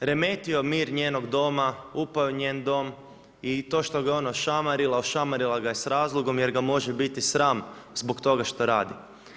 remetio mir njenog doma, upao u njen dom i to što ga je ona ošamarila, ošamarila ga je s razlogom jer ga može biti sram zbog toga što radi.